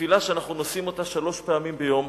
תפילה שאנחנו נושאים אותה שלוש פעמים ביום,